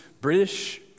British